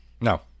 No